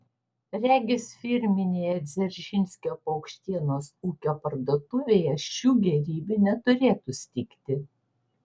regis firminėje dzeržinskio paukštienos ūkio parduotuvėje šių gėrybių neturėtų stigti